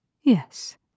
Yes